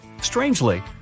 Strangely